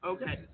Okay